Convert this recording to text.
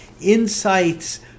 insights